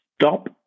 stop